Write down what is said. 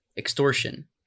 Extortion